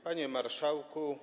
Panie Marszałku!